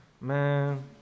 Man